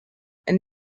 and